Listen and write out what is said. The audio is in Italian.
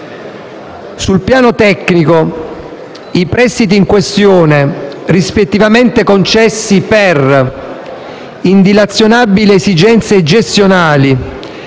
Sul piano tecnico, i prestiti in questione, rispettivamente concessi per indilazionabili esigenze gestionali